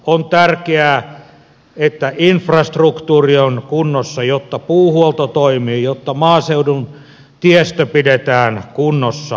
on tärkeää että infrastruktuuri on kunnossa jotta puuhuolto toimii jotta maaseudun tiestö pidetään kunnossa